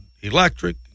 electric